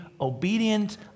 obedient